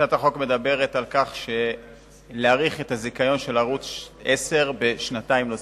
הצעת החוק מדברת על הארכה של הזיכיון של ערוץ-10 בשנתיים נוספות.